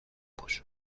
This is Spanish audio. bus